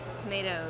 tomatoes